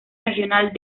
regional